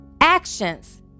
actions